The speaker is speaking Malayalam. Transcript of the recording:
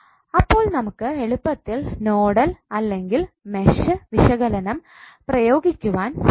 അപ്പോൾ നമുക്ക് എളുപ്പത്തിൽ നോഡൽ അല്ലെങ്കിൽ മെഷ് വിശകലനം പ്രയോഗിക്കുവാൻ സാധിക്കും